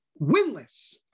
winless